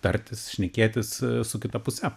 tartis šnekėtis su kita puse